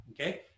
Okay